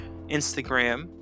instagram